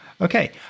okay